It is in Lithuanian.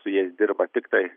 su jais dirba tiktai